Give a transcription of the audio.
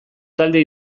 talde